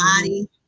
body